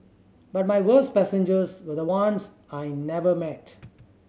but my worst passengers were the ones I never met